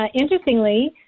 interestingly